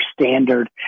standard